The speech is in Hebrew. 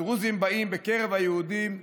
הדרוזים באים בקרב היהודים,